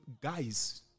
guys